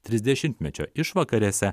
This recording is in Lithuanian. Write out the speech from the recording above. trisdešimtmečio išvakarėse